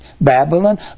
Babylon